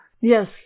Yes